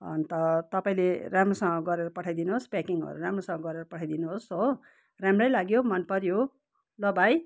अन्त तपाईँले राम्रोसँग गरेर पठाइदिनोस् प्याकिङहरू राम्रोसँग गरेर पठाइदिनुहोस् हो राम्रै लाग्यो मनपऱ्यो ल भाइ